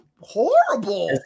horrible